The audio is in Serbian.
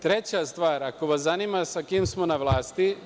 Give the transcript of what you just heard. Treća stvar, ako vas zanima sa kim smo na vlasti.